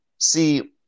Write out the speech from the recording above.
See